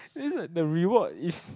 is like the reward is